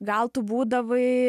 gal tu būdavai